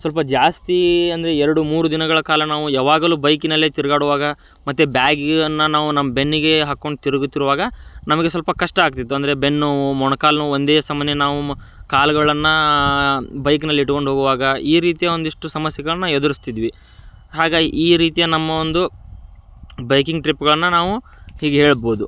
ಸ್ವಲ್ಪ ಜಾಸ್ತಿ ಅಂದರೆ ಎರಡು ಮೂರು ದಿನಗಳ ಕಾಲ ನಾವು ಯಾವಾಗಲೂ ಬೈಕಿನಲ್ಲೇ ತಿರುಗಾಡುವಾಗ ಮತ್ತು ಬ್ಯಾಗನ್ನ ನಾವು ನಮ್ಮ ಬೆನ್ನಿಗೇ ಹಾಕ್ಕೊಂಡು ತಿರುಗುತ್ತಿರ್ವಾಗ ನಮಗೆ ಸ್ವಲ್ಪ ಕಷ್ಟ ಆಗ್ತಿತ್ತು ಅಂದರೆ ಬೆನ್ನುನೋವು ಮೊಣಕಾಲುನೋವು ಒಂದೇ ಸಮನೆ ನಾವು ಮ ಕಾಲುಗಳನ್ನು ಬೈಕ್ನಲ್ಲಿ ಇಟ್ಗೊಂಡು ಹೋಗುವಾಗ ಈ ರೀತಿಯ ಒಂದಿಷ್ಟು ಸಮಸ್ಯೆಗಳನ್ನ ಎದುರಿಸ್ತಿದ್ವಿ ಆಗ ಈ ರೀತಿಯ ನಮ್ಮ ಒಂದು ಬೈಕಿಂಗ್ ಟ್ರಿಪ್ಗಳನ್ನ ನಾವು ಹೀಗೆ ಹೇಳ್ಬೋದು